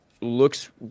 looks